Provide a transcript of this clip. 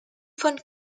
von